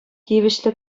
тивӗҫлӗ